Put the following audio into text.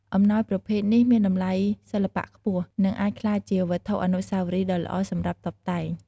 អំណោយប្រភេទនេះមានតម្លៃសិល្បៈខ្ពស់ និងអាចក្លាយជាវត្ថុអនុស្សាវរីយ៍ដ៏ល្អសម្រាប់តុបតែង។